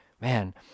man